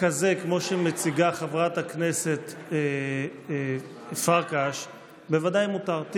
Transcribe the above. כזה כמו שמציגה חברת הכנסת פרקש בוודאי מותר.